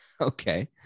Okay